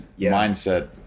mindset